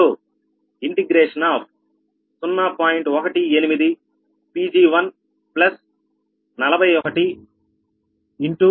C1dC1dPg1 dPg10